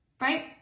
right